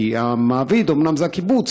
אומנם המעביד זה הקיבוץ,